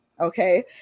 okay